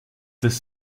this